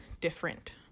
different